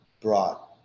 brought